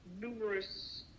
numerous